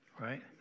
right